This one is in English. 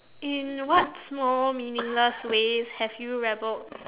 in what small meaningless ways have you rebelled